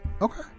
Okay